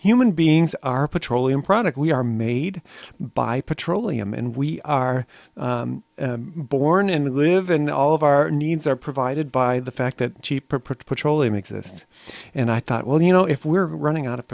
human beings are petroleum products we are made by petroleum and we are born and live in all of our needs are provided by the fact that cheaper petroleum exists and i thought well you know if we're running out of